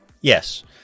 Yes